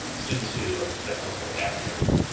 students who are tested to like academic